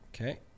Okay